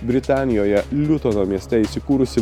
britanijoje liutono mieste įsikūrusi